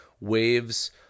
Waves